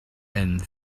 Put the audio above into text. and